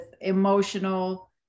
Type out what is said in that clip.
emotional